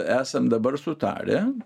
esam dabar sutarę